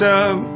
up